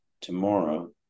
tomorrow